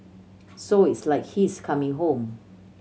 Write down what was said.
so It's like he is coming home